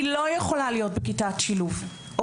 היא לא יכולה להיות בכיתת שילוב או